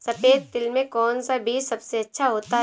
सफेद तिल में कौन सा बीज सबसे अच्छा होता है?